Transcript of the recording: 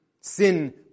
Sin